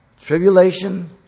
Tribulation